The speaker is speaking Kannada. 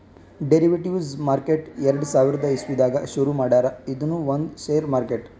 ಡೆರಿವೆಟಿವ್ಸ್ ಮಾರ್ಕೆಟ್ ಎರಡ ಸಾವಿರದ್ ಇಸವಿದಾಗ್ ಶುರು ಮಾಡ್ಯಾರ್ ಇದೂನು ಒಂದ್ ಷೇರ್ ಮಾರ್ಕೆಟ್